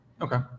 okay